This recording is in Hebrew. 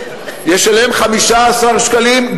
ישלם 15 שקלים,